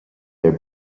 their